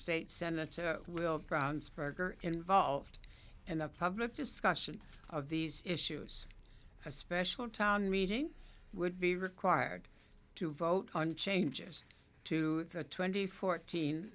state senator lil rounds parker involved in a public discussion of these issues a special town meeting would be required to vote on changes to the twenty fourteen